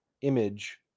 image